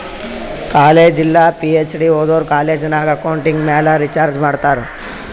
college ಇಲ್ಲ PhD ಓದೋರು college ನಾಗ್ ಅಕೌಂಟಿಂಗ್ ಮ್ಯಾಲ ರಿಸರ್ಚ್ ಮಾಡ್ತಾರ್